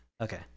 Okay